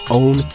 own